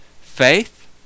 faith